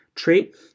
trait